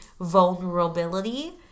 vulnerability